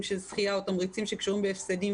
של זכייה או תמריצים שקשורים בהפסדים.